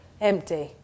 empty